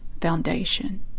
Foundation